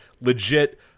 legit